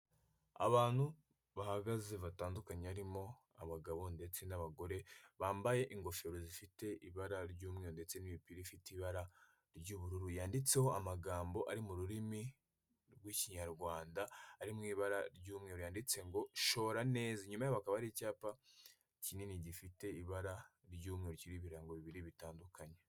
Abantu bahagaze batandukanye harimo, abagabo ndetse n'abagore bambaye ingofero zifite ibara ry'umweru ndetse n'imipira ifite ibara ry'ubururu, yanditseho amagambo ari mu rurimi rw'Ikinyarwanda ari mu ibara ry'umweru, yanditse ngo "Shora neza". Inyuma yabo hakaba hari icyapa kinini gifite ibara ry'umweru kiriho ibirango bibiri bitandukanye.